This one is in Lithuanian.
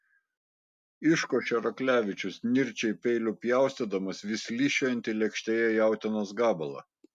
iškošė raklevičius nirčiai peiliu pjaustydamas vis slysčiojantį lėkštėje jautienos gabalą